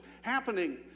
happening